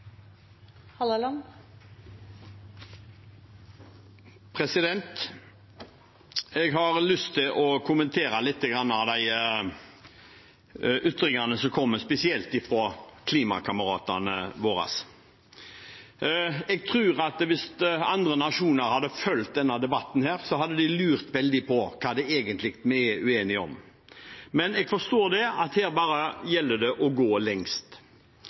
Jeg har lyst til å kommentere lite grann de ytringene som kommer, spesielt fra klimakameratene våre. Jeg tror at hvis andre nasjoner hadde fulgt denne debatten, hadde de lurt veldig på hva vi egentlig er uenige om, men jeg forstår at her gjelder det bare å gå lengst.